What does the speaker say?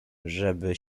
żeby